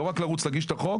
לא רק לרוץ להגיש את החוק